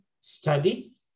study